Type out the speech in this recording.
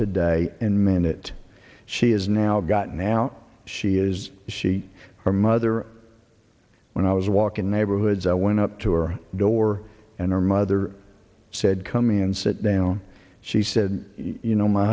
today in man that she is now got now she is she her mother when i was walking neighborhoods i went up to her door and her mother said come in and sit down she said you know my